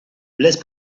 blaise